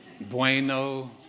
bueno